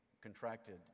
contracted